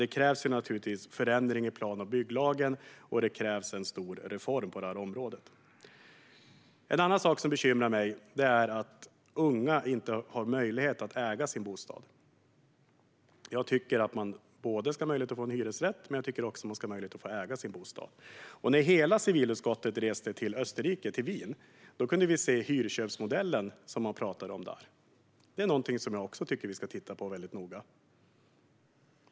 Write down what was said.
Det krävs förändring i plan och bygglagen, och det krävs en stor reform på detta område. En annan sak som bekymrar mig är att unga inte har möjlighet att äga sin bostad. Jag tycker att man både ska ha möjlighet att få en hyresrätt och att äga sin bostad. När hela civilutskottet reste till Wien i Österrike kunde vi se den hyrköpsmodell man talade om där. Det är någonting som jag tycker att vi ska titta på väldigt noga.